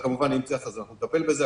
כמובן, אנחנו נטפל בזה.